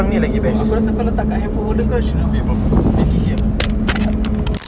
uh aku rasa letak kat handphone holder kau shouldn't be a problem twenty C_M ah